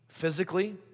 physically